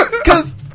Cause